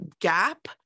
gap